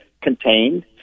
contained